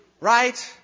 right